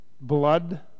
blood